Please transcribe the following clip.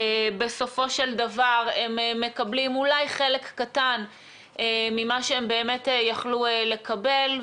בסופו של דבר הם מקבלים אולי חלק קטן ממה שהם באמת יכלו לקבל,